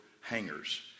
hangers